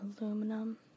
Aluminum